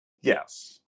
Yes